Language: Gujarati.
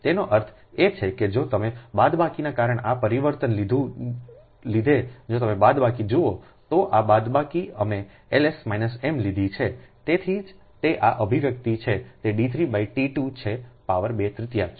તેનો અર્થ એ છે કે જો તમે બાદબાકીના કારણે આ પરિવર્તનને લીધે જો તમે બાદબાકી જુઓ તો આ બાદબાકી અમે L s M લીધી છે તેથી જ તે આ અભિવ્યક્તિમાં છે તે D 3 t 2 છે પાવર 2 તૃતીયાંશ